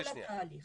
כל התהליך הזה.